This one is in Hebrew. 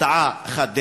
הרתעה אחת,